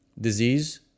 disease